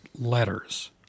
letters